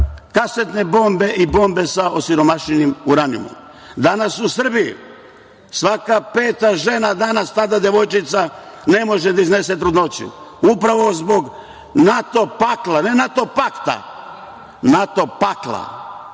kasetne bombe i bombe sa osiromašenim uranijumom? Danas u Srbiji svaka peta žena danas, tada devojčica, ne može da iznese trudnoću, upravo zbog NATO pakla, ne NATO pakta, NATO pakla.